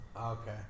okay